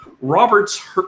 Roberts